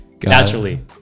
naturally